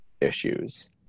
issues